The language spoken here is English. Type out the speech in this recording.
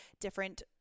different